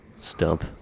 Stump